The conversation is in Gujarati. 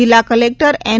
જિલ્લા કલેકટર એન